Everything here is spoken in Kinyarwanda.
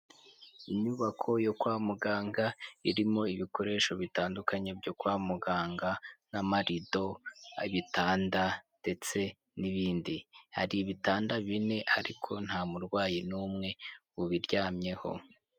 Inyubako yo kwa muganga irimo ibikoresho bitandukanye byo kwa muganga n'amarido, ibitanda ndetse n'ibindi hari ibitanda bine ariko nta murwayi n'umwe ubiryamyeho.